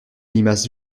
limace